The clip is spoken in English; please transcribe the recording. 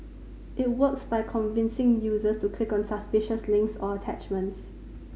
it works by convincing users to click on suspicious links or attachments